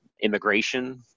immigration